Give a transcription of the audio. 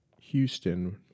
Houston